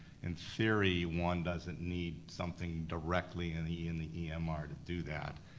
in theory, one doesn't need something directly in the in the emr to do that.